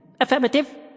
Affirmative